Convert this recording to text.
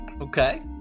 Okay